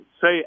say